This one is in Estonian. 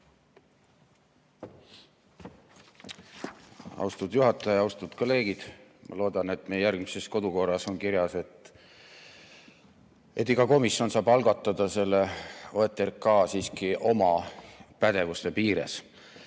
Austatud juhataja! Austatud kolleegid! Ma loodan, et meie järgmises kodukorras on kirjas, et iga komisjon saab algatada OTRK siiski oma pädevuse piires.